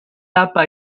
tapa